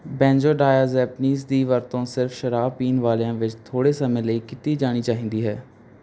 benzodiazepines ਦੀ ਵਰਤੋਂ ਸਿਰਫ਼ ਸ਼ਰਾਬ ਪੀਣ ਵਾਲਿਆਂ ਵਿੱਚ ਥੋੜ੍ਹੇ ਸਮੇਂ ਲਈ ਕੀਤੀ ਜਾਣੀ ਚਾਹੀਦੀ ਹੈ